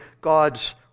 God's